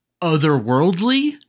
otherworldly